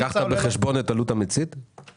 צריך לשמוע את קולם של הילדים ובני הנוער במדינת ישראל.